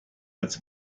als